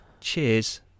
cheers